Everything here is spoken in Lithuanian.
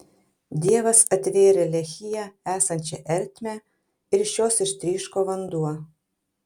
dievas atvėrė lehyje esančią ertmę ir iš jos ištryško vanduo